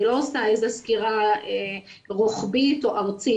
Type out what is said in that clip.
אני לא עושה איזה סקירה רוחבית או ארצית.